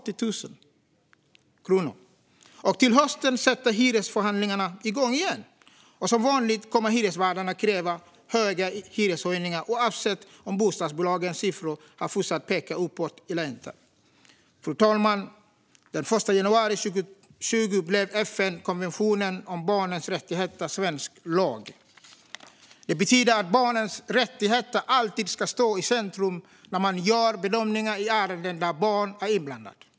Till hösten sätter hyresförhandlingarna igång igen, och som vanligt kommer hyresvärdarna att kräva höga hyreshöjningar oavsett om bostadsbolagens siffror har fortsatt att peka uppåt eller inte. Fru talman! Den 1 januari 2020 blev FN:s konvention om barnets rättigheter svensk lag. Det betyder att barnets rättigheter alltid ska stå i centrum när man gör bedömningar i ärenden där barn är inblandade.